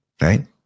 right